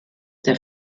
der